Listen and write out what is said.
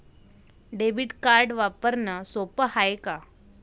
Debit card वापरणं सोप हाय का?